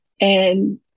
And-